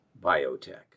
Biotech